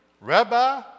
Rabbi